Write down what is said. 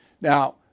Now